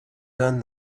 done